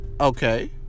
okay